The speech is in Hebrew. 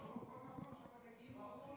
כל מילה, אדוני היושב-ראש,